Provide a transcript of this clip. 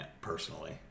personally